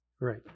Right